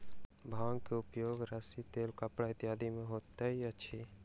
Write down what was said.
भांग के उपयोग रस्सी तेल कपड़ा इत्यादि में होइत अछि